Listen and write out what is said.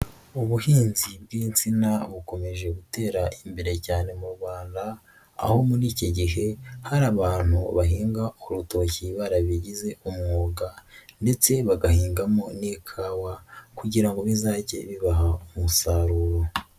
Ubuhinzi bw'insina bukomeje gutera imbere cyane mu Rwanda, aho muri iki gihe hari abantu bahinga urutoki barabigize umwuga ndetse bagahingamo n'ikawa, kugira ngo bizajye bibaha umusaruro.